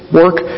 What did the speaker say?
work